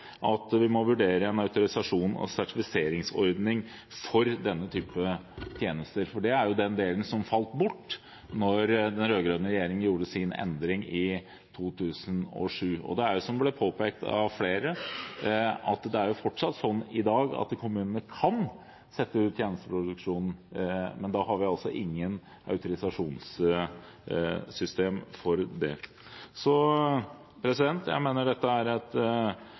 at vi må vurdere en autorisasjons- og sertifiseringsordning for denne typen tjenester. Det var den delen som falt bort da den rød-grønne regjeringen gjorde sin endring i 2007. Som det er påpekt av flere, er det fortsatt sånn i dag at kommunene kan sette ut tjenesteproduksjonen, men vi har ingen autorisasjonssystem for det. Jeg mener det er